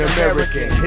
American